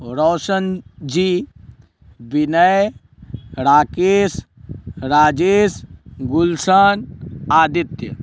Raushanji Vinay Rakesh Rajesh Gulshan Aditya